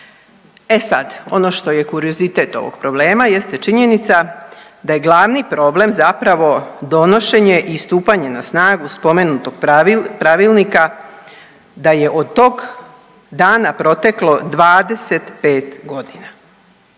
E sad, ono što je kuriozitet ovog problema jeste činjenica da je glavni problem zapravo donošenje i stupanje na snagu spomenutog Pravilnika da je od tog dana proteklo 25 godina.